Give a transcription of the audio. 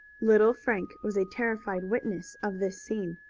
little frank was a terrified witness of this scene.